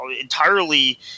entirely